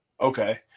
Okay